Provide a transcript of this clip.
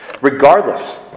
Regardless